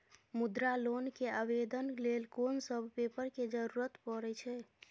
मुद्रा लोन के आवेदन लेल कोन सब पेपर के जरूरत परै छै?